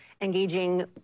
engaging